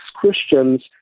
Christians